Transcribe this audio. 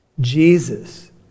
Jesus